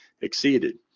exceeded